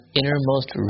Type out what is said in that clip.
innermost